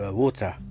water